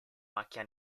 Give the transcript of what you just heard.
macchia